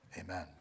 Amen